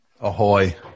Ahoy